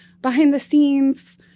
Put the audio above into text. behind-the-scenes